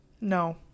No